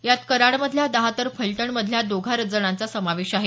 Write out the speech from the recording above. यात कराडमधल्या दहा तर फलटणमधल्या दोघा जणांचा समावेश आहे